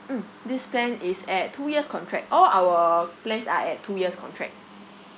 mm this plan is at two years contract all our plans are at two years contract